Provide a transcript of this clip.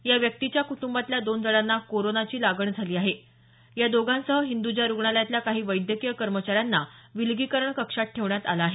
या व्यक्तीच्या कुटुंबातल्या दोन जणांना कोरोनाची लागण झाली आहे या दोघांसह हिंदुजा रुग्णालयातल्या काही वैद्यकीय कर्मचाऱ्यांना विलगीकरण कक्षात ठेवण्यात आलं आहे